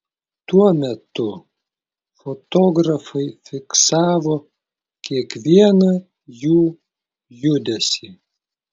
tuo metu fotografai fiksavo kiekvieną jų judesį